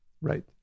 right